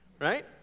Right